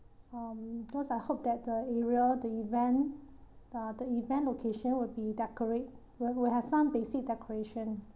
um cause I hope that the area the event uh the event location will be decorate where will have some basic decoration